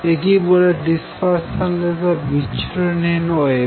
একেই বলে ডিসপারশানলেস বা বিচ্ছুরণহীন ওয়েভ